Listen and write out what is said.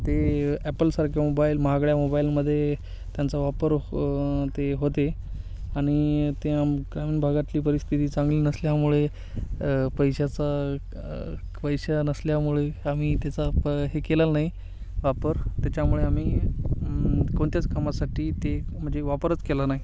ते ॲपलसारख्या मोबाईल महागड्या मोबाईलमध्ये त्यांचा वापर ते होते आणि ते आम्ही ग्रामीण भागातली परिस्थिती चांगली नसल्यामुळे पैशाचा पैसा नसल्यामुळे आम्ही त्याचा प हे केलेला नाही वापर त्याच्यामुळे आम्ही कोणत्याच कामासाठी ते म्हणजे वापरच केला नाही